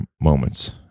moments